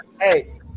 hey